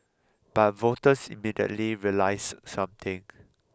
but voters immediately realised something